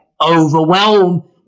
overwhelm